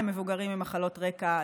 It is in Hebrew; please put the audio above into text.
למבוגרים עם מחלות רקע,